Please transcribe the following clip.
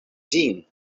ĝin